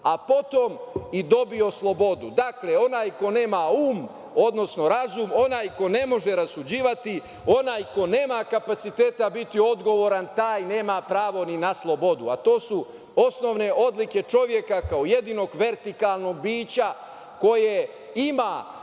a potom i dobio slobodu. Dakle, onaj ko nema um, odnosno razum, onaj ko ne može rasuđivati, onaj ko nema kapaciteta biti odgovoran, taj nema pravo ni na slobodu, a to su osnovne odlike čoveka kao jedinog vertikalnog bića koje ima